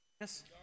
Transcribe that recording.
Yes